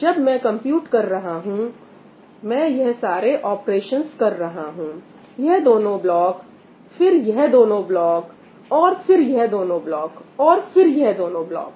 जब मैं कंप्यूट कर रहा हूं मैं यह सारे ऑपरेशंस कर रहा हूं यह दोनों ब्लॉक फिर यह दोनों ब्लॉक और फिर यह दोनों ब्लॉक और फिर यह दोनों ब्लॉक